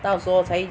到时候才